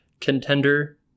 contender